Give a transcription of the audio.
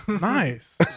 Nice